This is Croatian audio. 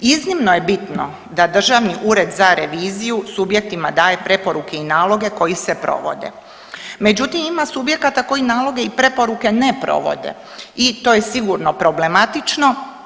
Iznimno je bitno da državni ured za reviziju subjektima daje preporuke i naloge koji se provode, međutim ima subjekata koji naloge i preporuke ne provode i to je sigurno problematično.